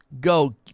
Go